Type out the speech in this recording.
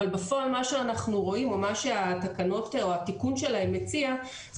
אבל בפועל מה שאנחנו רואים או מה שהתקנות או התיקון שלהן מציע זה